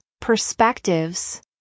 perspectives